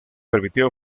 permitió